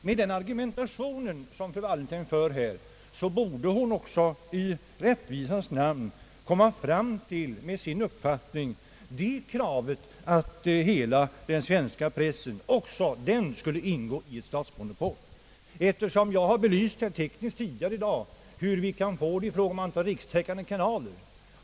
Med den argumentation som fru Wallentheim här för, borde hon också i rättvisans namn komma fram till kravet att också hela svenska pressen skulle ingå i ett statsmonopol. Jag har tidigare i dag rent tekniskt belyst hur man kan få det i fråga om antalet rikstäckande kanaler.